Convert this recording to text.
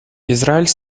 израиль